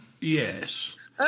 yes